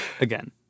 again